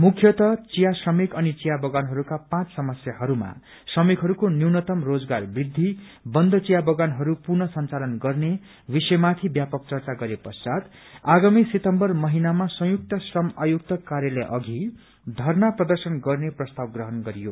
मुख्यतः चिया श्रमिक अनि चिया बगानहस्का पाँच समस्याहरूमा श्रमिकहरूको न्यूनतम रोजगार वृद्धि बन्द चिया बगानहरू पुनः संचालन गर्ने विषयमाथि व्यापक चर्चा गरे पश्चात आगामी सितम्बर महिनामा संयुक्त श्रम आयुक्त कार्यालय अघि धरना प्रदर्शन गर्ने प्रस्ताव प्रहण गरियो